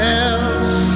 else